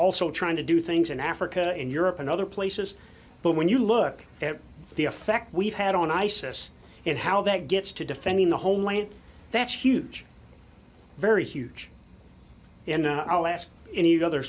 also trying to do things in africa and europe and other places but when you look at the effect we've had on isis and how that gets to defending the homeland that's huge very huge and i'll ask any other